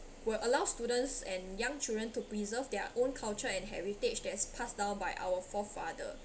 will allow students and young children to preserve their own culture and heritage that is passed down by our forefather